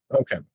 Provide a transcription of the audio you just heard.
Okay